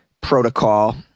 protocol